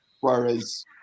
whereas